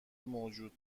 موجود